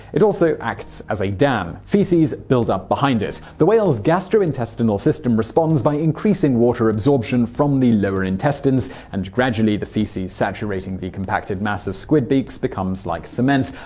it also acts as a dam. feces builds up behind it. the whale's gastrointestinal system responds by increasing water absorption from the lower intestines, and gradually the feces saturating the compacted mass of squid beaks becomes like cement,